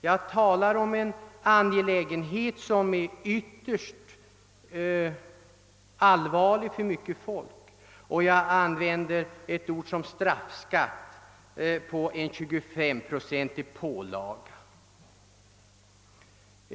Jag talar om en angelägenhet som är ytterst allvarlig för många människor, och jag använder ordet straffskatt om en 25 procentig pålaga.